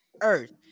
earth